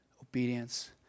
obedience